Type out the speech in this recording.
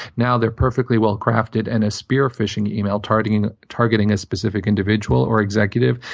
now, they're perfectly well crafted. and a spear-fishing email, targeting targeting a specific individual or executive,